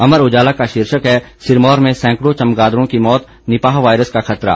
अमर उजाला का शीर्षक है सिरमौर में सैकड़ों चमगादड़ों की मौत निपाह वायरस का खतरा